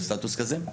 בסטטוס כזה.